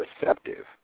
receptive